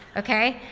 ok?